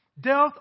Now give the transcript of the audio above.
death